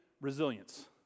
resilience